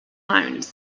nouns